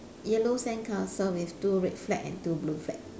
yellow sand castle with two red flag and two blue flag